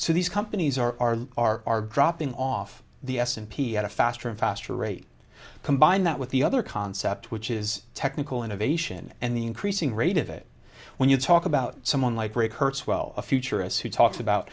so these companies are are dropping off the s and p at a faster and faster rate combine that with the other concept which is technical innovation and the increasing rate of it when you talk about someone like ray kurtz well a futurists who talks about